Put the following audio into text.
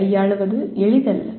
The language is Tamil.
கையாளுவது எளிதல்ல